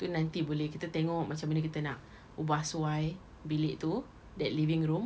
tu nanti boleh kita tengok macam mana kita nak ubahsuai bilik tu that living room